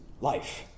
life